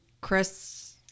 Chris